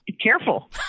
Careful